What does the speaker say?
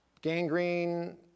Gangrene